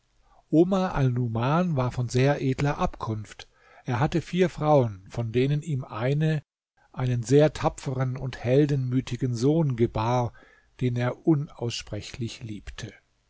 omar alnuman war von sehr edler abkunft er hatte vier frauen von denen ihm eine einen sehr tapferen und heldenmütigen sohn gebar den er unaussprechlich liebte